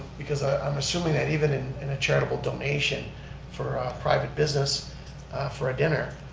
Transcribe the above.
because i'm assuming that even in in a charitable donation for private business for a dinner,